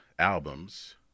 Albums